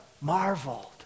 Marveled